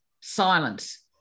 silence